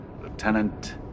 Lieutenant